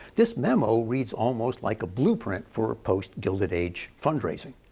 this memo reads almost like a blueprint for post-gilded age fundraising.